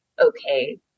okay